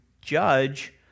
judge